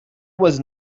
was